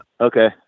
Okay